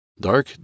Dark